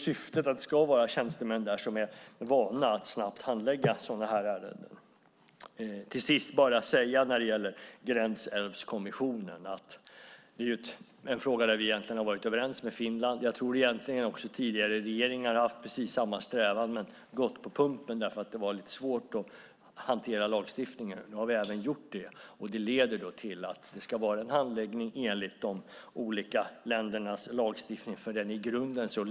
Syftet är att det ska finnas tjänstemän där som är vana att snabbt handlägga sådana här ärenden. När det gäller Gränsälvskommissionen har vi varit överens med Finland. Jag tror att tidigare regeringar har haft samma strävan, men gått på pumpen eftersom det har varit lite svårt att hantera lagstiftningen. Nu har vi gjort det. Det innebär att det ska vara en handläggning enligt de olika ländernas lagstiftning; den är i grunden lika.